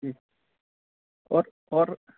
جی اور اور